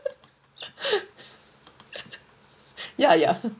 ya ya